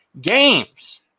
games